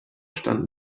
stand